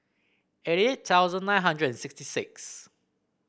eighty eight thousand nine hundred and sixty six